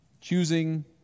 Choosing